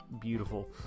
beautiful